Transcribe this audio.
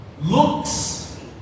looks